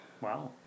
Wow